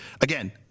again